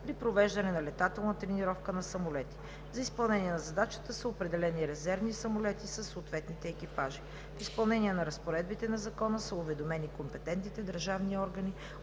при провеждане на летателна тренировка на самолети. За изпълнение на задачата са определени резервни самолети със съответните екипажи. В изпълнение на разпоредбите на Закона са уведомени компетентните държавни органи.